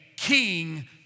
King